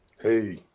Hey